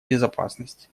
безопасность